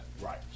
Right